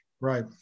Right